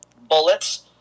bullets